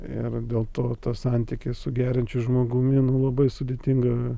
ir dėl to tas santykis su geriančiu žmogumi labai sudėtinga